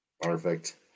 Perfect